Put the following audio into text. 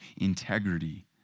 integrity